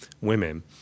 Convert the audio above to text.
women